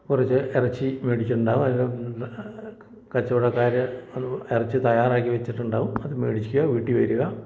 കുറച്ച് ഇറച്ചി മേടിച്ചിട്ടുണ്ടാകും അത് കച്ചവടക്കാര് അത് ഇറച്ചി തയ്യാറാക്കി വച്ചിട്ടുണ്ടാകും അത് മേടിക്കുക വീട്ടില് വരിക